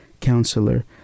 Counselor